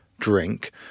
drink